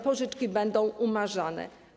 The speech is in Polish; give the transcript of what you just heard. Pożyczki będą umarzane.